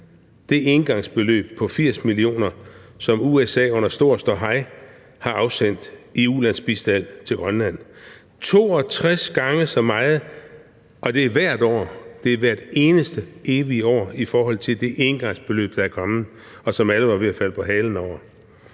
det engangsbeløb på 80 mio. kr., som USA under stort ståhej har afsendt i ulandsbistand til Grønland – 62 gange så meget! Og det er hvert år. Det er hver evig eneste år i forhold til det engangsbeløb, der er kommet, og som alle var ved at falde på halen over.